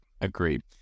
Agreed